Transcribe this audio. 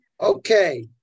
Okay